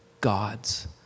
God's